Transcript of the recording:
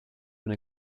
been